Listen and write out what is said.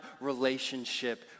relationship